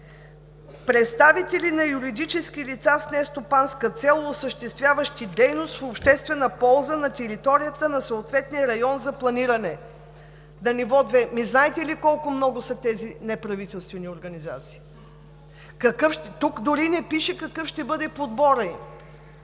„представители на юридически лица с нестопанска цел, осъществяващи дейност в обществена полза на територията на съответния район за планиране на ниво 2“. Знаете ли колко са тези неправителствени организации? Тук дори не пише какъв ще бъде подборът